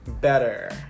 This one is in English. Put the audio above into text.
better